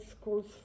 schools